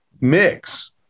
mix